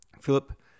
Philip